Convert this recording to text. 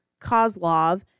Kozlov